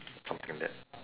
something that